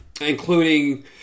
including